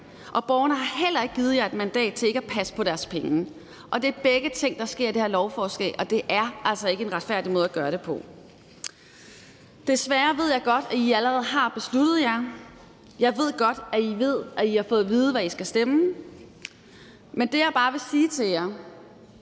Borgerne har heller ikke givet jer et mandat til ikke at passe på deres penge. Og det er begge ting, der sker med det her lovforslag, og det er altså ikke en retfærdig måde at gøre det på. Desværre ved jeg godt, at I allerede har besluttet jer. Jeg ved godt, at I ved, at I har fået at vide, hvad I skal stemme. Men det, jeg bare vil sige til jer,